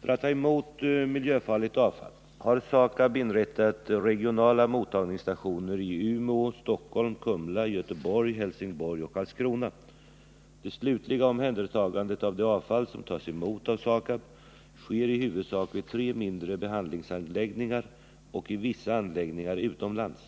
För att ta emot miljöfarligt avfall har SAKAB inrättat regionala mottagningsstationer i Umeå, Stockholm, Kumla, Göteborg, Helsingborg och Karlskrona. Det slutliga omhändertagandet av det avfall som tas emot av SAKAB sker i huvudsak vid tre mindre behandlingsanläggningar och i vissa anläggningar utomlands.